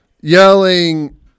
yelling